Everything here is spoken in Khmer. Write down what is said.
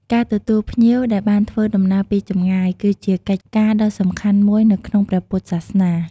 ការទទួលភ្ញៀវដែលបានធ្វើដំណើរពីចម្ងាយ គឺជាកិច្ចការដ៏សំខាន់មួយនៅក្នុងព្រះពុទ្ធសាសនា។